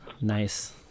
Nice